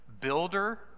builder